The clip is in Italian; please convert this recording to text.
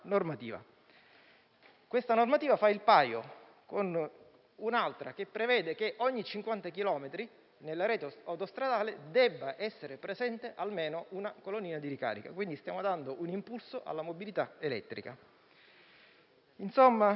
la normativa, che fa il paio con un'altra, la quale prevede che ogni 50 chilometri nella rete autostradale debba essere presente almeno una colonnina di ricarica. Stiamo dando un impulso alla mobilità elettrica.